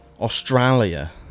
Australia